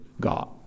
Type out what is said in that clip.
God